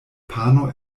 pano